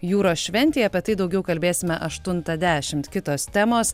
jūros šventėje apie tai daugiau kalbėsime aštuntą dešimt kitos temos